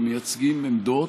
ומייצגים עמדות,